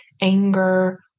anger